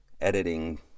editing